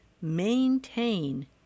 maintain